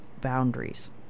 boundaries